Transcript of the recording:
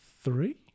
three